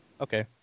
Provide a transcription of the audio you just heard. Okay